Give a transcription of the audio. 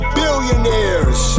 billionaires